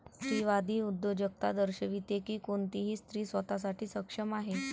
स्त्रीवादी उद्योजकता दर्शविते की कोणतीही स्त्री स्वतः साठी सक्षम आहे